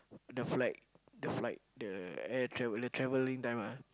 the flag the flight the air travel the travelling time ah